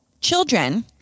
children